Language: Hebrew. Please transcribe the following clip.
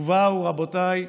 ובאו, רבותיי,